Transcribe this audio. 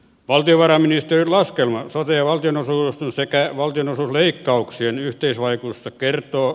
valtiovarainministeriön laskelmat todellakin lo sekä valtion leikkauksien yhteisvaikutusta kertoo